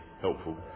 helpful